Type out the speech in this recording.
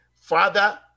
Father